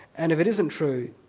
and if it isn't true,